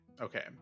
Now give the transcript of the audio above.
okay